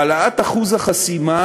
העלאת אחוז החסימה